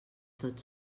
tot